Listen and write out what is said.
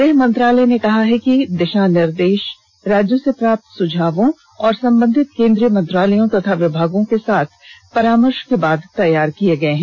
गृह मंत्रालय ने कहा है कि ये दिशा निर्देश राज्यों से प्राप्त सुझावों और संबंधित केंद्रीय मंत्रालयों तथा विभागों के साथ परामर्श के बाद तैयार किए गए हैं